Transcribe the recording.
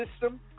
system